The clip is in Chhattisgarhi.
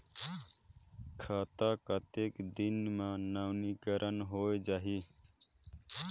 खाता कतेक दिन मे नवीनीकरण होए जाहि??